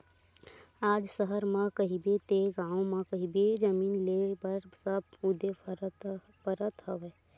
आज सहर म कहिबे ते गाँव म कहिबे जमीन लेय बर सब कुदे परत हवय